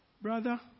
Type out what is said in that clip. Brother